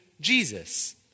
Jesus